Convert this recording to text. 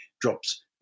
drops